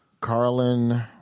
Carlin